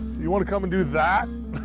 you want to come and do that?